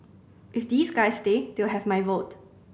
if these guys stay they'll have my vote